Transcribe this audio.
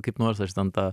kaip nors aš ten tą